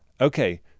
Okay